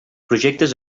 projectes